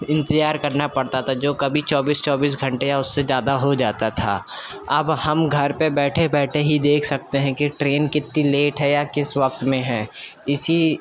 انتظار کرنا پڑتا تھا جو کبھی چوبیس چوبیس گھٹنے یا اس سے زیادہ ہو جاتا تھا اب ہم گھر پہ بیٹھے بیٹھے ہی دیکھ سکتے ہیں کہ ٹرین کتی لیٹ ہے کس وقت میں ہے اسی